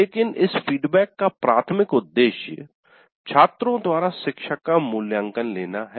लेकिन इस फीडबैक का प्राथमिक उद्देश्य छात्रों द्वारा शिक्षक का मूल्यांकन लेना है